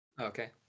Okay